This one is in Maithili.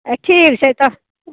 ठीक छै तऽ